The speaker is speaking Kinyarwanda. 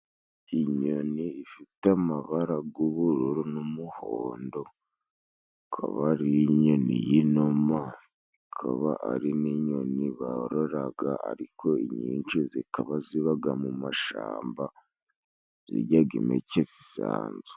Inyoni ifite amabara g'ubururu n'umuhondo, ikaba ari inyoni y'inuma, ikaba ari n'inyoni bororaga, ariko inyinshi zikaba zibaga mu mashamba, zijyaga impeke zisanzwe.